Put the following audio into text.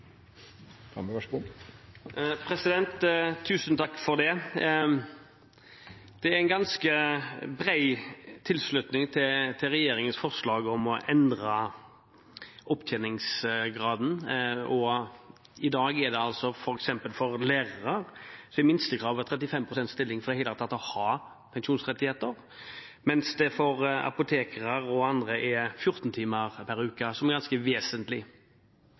ganske bred tilslutning til regjeringens forslag om å endre opptjeningsgraden. I dag er altså f.eks. for lærere minstekravet 35 pst. stilling for i det hele tatt å ha pensjonsrettigheter, mens det for apotekere og andre er 14 timer per uke, som er ganske